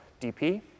dp